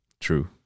True